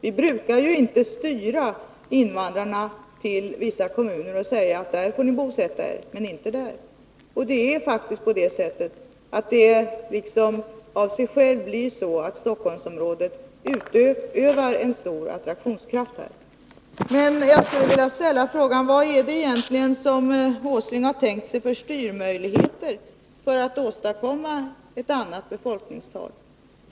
Vi brukar inte styra invandrarna till vissa kommuner och säga att där får ni bosätta er men inte där. Stockholmsområdet utövar av sig självt en stor attraktionskraft. Jag skulle vilja fråga: Vilka styrmöjligheter har Nils Åsling tänkt sig för att åstadkomma ett annat befolkningstal?